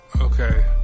okay